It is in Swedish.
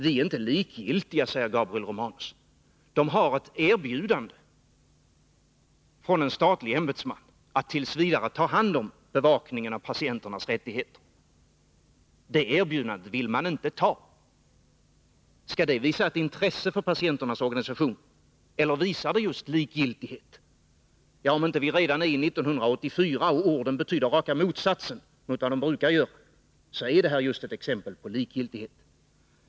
Vi är inte likgiltiga, säger Gabriel Romanus. Men det finns ett erbjudande från en statlig ämbetsman, som t. v. vill ta hand om bevakningen av patienternas rättigheter. Det erbjudandet vill man inte ta. Skall det visa ett intresse för patienternas organisationer, eller visar det just likgiltighet? Om vi inte redan är i 1984 och orden betyder raka motsatsen mot vad de brukar göra, är detta ett exempel på just likgiltighet.